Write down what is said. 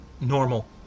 normal